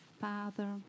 Father